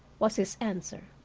was his answer.